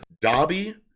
dobby